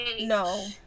no